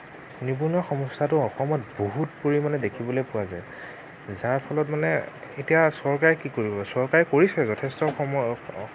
নিবনুৱা সমস্যাটো অসমত বহুত পৰিমাণে দেখিবলৈ পোৱা যায় যাৰ ফলত মানে এতিয়া চৰকাৰে কি কৰিব চৰকাৰে কৰিছে যথেষ্ট অসমৰ